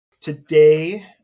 Today